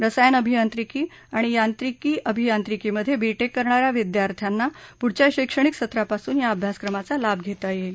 रसायन अभियांत्रिकी आणि यांत्रिकी अभियांत्रिकीमधे बीटेक करणाऱ्या विदयार्थ्यांना पुढच्या शैक्षणीक सत्रापासून या अभ्यासक्रमाचा लाभ घेता येईल